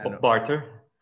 barter